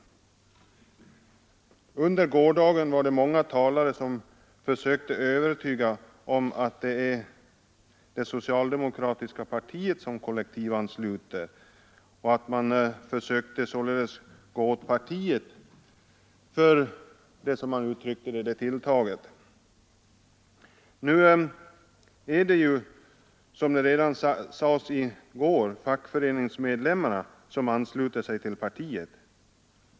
Under gårdagen var det många talare som försökte övertyga om att det är det socialdemokratiska partiet som kollektivansluter, och man försökte således gå åt partiet för detta tilltag — såsom man uttryckte det. Nu är det ju som det redan sades i går fackföreningsmedlemmarna som ansluter sig till partiet.